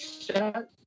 shut